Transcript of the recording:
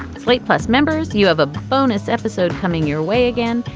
slate plus members. you have a bonus episode coming your way again.